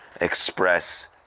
express